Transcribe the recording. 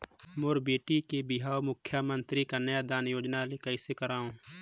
मोर बेटी के बिहाव मुख्यमंतरी कन्यादान योजना ले कइसे करव?